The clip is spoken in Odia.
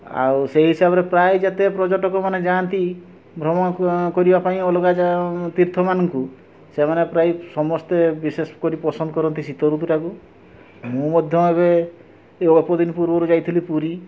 ଆଉ ସେଇ ହିସାବରେ ପ୍ରାୟ ଯେତେ ପର୍ଯ୍ୟଟକମାନେ ଯାଆନ୍ତି ଭ୍ରମଣ କରିବା ପାଇଁ ଅଲଗା ଯା ତୀର୍ଥମାନଙ୍କୁ ସେମାନେ ପ୍ରାୟେ ସମସ୍ତେ ବିଶେଷ କରି ପସନ୍ଦ କରନ୍ତି ଶୀତ ଋତୁଟାକୁ ମୁଁ ମଧ୍ୟ ଏବେ ଏଇ ଅଳ୍ପଦିନ ପୂର୍ବରୁ ଯାଇଥିଲି ପୁରୀ